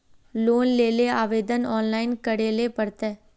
Loan लेले आवेदन online करे ले पड़ते?